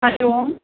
हरिः ओम्